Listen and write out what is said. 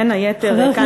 בין היתר כאן בכנסת,